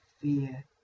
fear